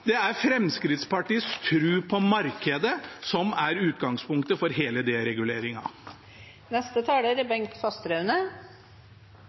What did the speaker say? Det er Fremskrittspartiets tro på markedet som er utgangspunktet for hele